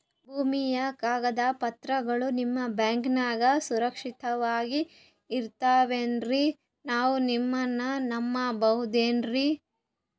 ಭೂಮಿಯ ಕಾಗದ ಪತ್ರಗಳು ನಿಮ್ಮ ಬ್ಯಾಂಕನಾಗ ಸುರಕ್ಷಿತವಾಗಿ ಇರತಾವೇನ್ರಿ ನಾವು ನಿಮ್ಮನ್ನ ನಮ್ ಬಬಹುದೇನ್ರಿ?